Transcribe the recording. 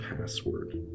password